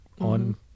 on